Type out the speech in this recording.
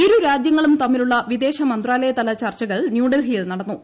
ഇരുരാജ്യങ്ങളും തമ്മിലുള്ള വിദേശ മന്ത്രാലയതല ചർച്ചകൾ ന്യൂഡൽഹിയിൽ നടന്നു